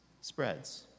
spreads